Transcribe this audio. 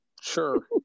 Sure